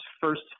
first